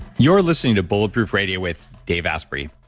you're listening to bulletproof radio with dave asprey.